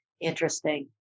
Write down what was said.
Interesting